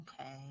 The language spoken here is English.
Okay